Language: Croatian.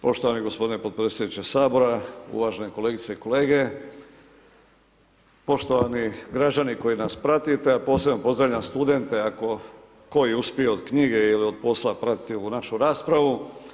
Poštovani gospodine potpredsjedniče Sabora, uvažene kolegice i kolege, poštovani građani koji nas pratite a posebno pozdravljam studente ako koji uspije od knjige ili od posla pratiti ovu našu raspravu.